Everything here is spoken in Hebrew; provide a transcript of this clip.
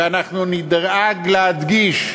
ואנחנו נדאג להדגיש,